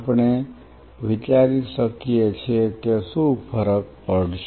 આપણે વિચારી શકીએ છીએ કે શું ફરક પડશે